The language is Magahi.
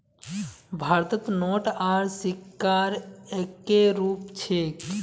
भारतत नोट आर सिक्कार एक्के रूप छेक